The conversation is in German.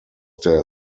der